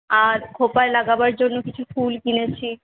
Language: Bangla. আর খোঁপায় লাগাবার জন্য কিছু ফুল কিনেছি